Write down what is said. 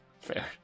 Fair